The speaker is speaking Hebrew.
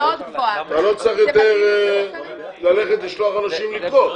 אתה לא צריך יותר ללכת לשלוח אנשים לגבות,